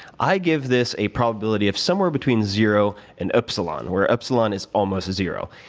i give this a probability of somewhere between zero and epsilon. where epsilon is almost zero.